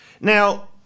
now